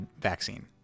vaccine